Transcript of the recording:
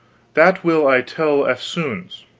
that will i tell eftsoons.